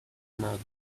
marked